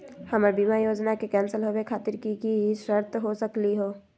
हमर बीमा योजना के कैन्सल होवे खातिर कि कि शर्त हो सकली हो?